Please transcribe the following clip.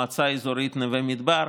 המועצה האזורית נווה מדבר,